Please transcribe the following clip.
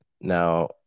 Now